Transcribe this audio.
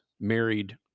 married